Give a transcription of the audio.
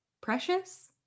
Precious